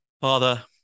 Father